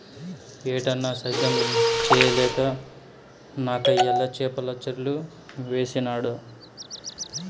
ఏటన్నా, సేద్యం చేయలేక నాకయ్యల చేపల చెర్లు వేసినాడ